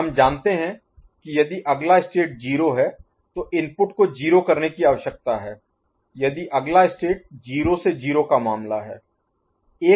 हम जानते हैं कि यदि अगला स्टेट 0 है तो इनपुट को 0 करने की आवश्यकता है यदि अगला स्टेट 0 से 0 का मामला है